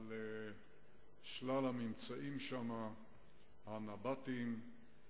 על שלל הממצאים הנבטיים שם.